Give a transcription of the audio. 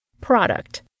Product